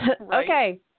Okay